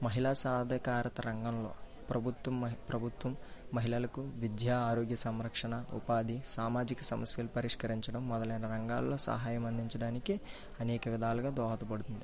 మహిళా సాధికారత రంగంలో ప్రభుత్వం మహి ప్రభుత్వం మహిళలకు విద్యా ఆరోగ్య సంరక్షణ ఉపాధి సామాజిక సమస్యలు పరిష్కరించడం మొదలైన రంగాలలో సహాయం అందించడానికి అనేక విధాలుగా దోహదపడుతుంది